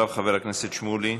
ואחריו, חבר הכנסת שמולי.